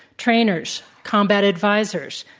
trainers, combat advisers,